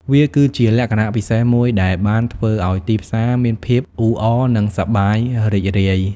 វាគឺជាលក្ខណៈពិសេសមួយដែលបានធ្វើឲ្យទីផ្សារមានភាពអ៊ូអរ និងសប្បាយរីករាយ។